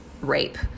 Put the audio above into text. rape